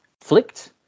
flicked